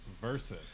versa